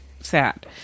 sad